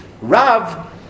Rav